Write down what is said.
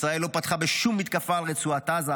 ישראל לא פתחה בשום מתקפה על רצועת עזה,